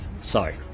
sorry